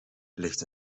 ligt